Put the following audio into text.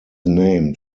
named